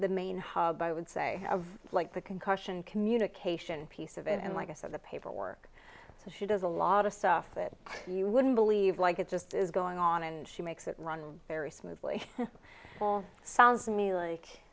the main hub i would say like the concussion communication piece of it and like i said the paperwork so she does a lot of stuff that you wouldn't believe like it just is going on and she makes it run very smoothly all sounds to me like